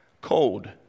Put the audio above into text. cold